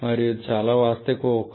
మరియు ఇది చాలా వాస్తవిక ఊహ